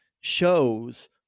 shows